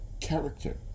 character